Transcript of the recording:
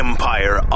Empire